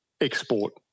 export